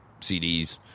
CDs